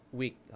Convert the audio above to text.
week